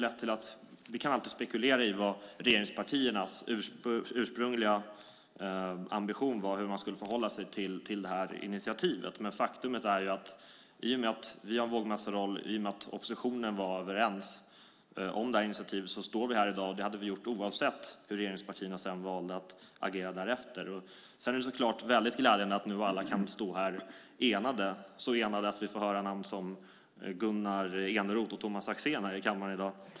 Vi kan alltid spekulera i vad regeringspartiernas ursprungliga ambition var, hur man skulle förhålla sig till det här initiativet. Men faktum är att i och med att vi har vågmästarroll och i och med att oppositionen var överens om initiativet står vi här i dag, och det hade vi gjort oavsett hur regeringspartierna valde att agera därefter. Sedan är det så klart väldigt glädjande att vi nu alla kan stå enade, så enade att vi får höra namn som Gunnar Eneroth och Tomas Axén här i kammaren i dag.